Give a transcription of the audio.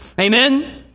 Amen